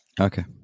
Okay